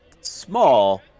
small